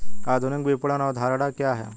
आधुनिक विपणन अवधारणा क्या है?